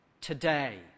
today